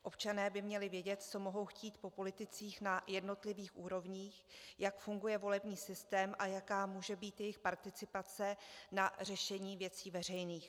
Občané by měli vědět, co mohou chtít po politicích na jednotlivých úrovních, jak funguje volební systém a jaká může být jejich participace na řešení věcí veřejných.